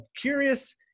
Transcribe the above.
curious